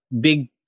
big